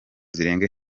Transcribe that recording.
zirenga